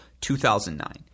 2009